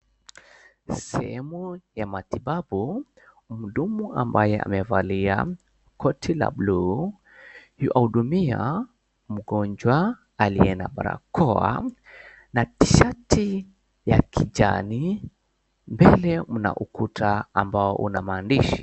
Sehemu ya matibabu, mhudumu ambae amevalia koti la bluu ywahudumia mgonjwa aliye na barakoa na t-shirt ya kijani. Mbele mna ukuta ambao una maandishi.